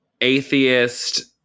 atheist